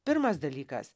pirmas dalykas